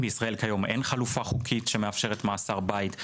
בישראל כיום אין חלופה חוקית שמאפשרת מאסר בית,